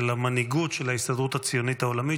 המנהיגות של ההסתדרות הציונית העולמית,